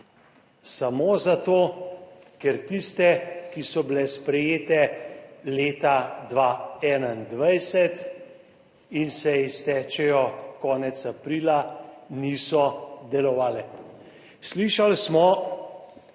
Samo zato, ker tiste, ki so bile sprejete leta 2021 in se iztečejo konec aprila, niso delovale. Slišali smo,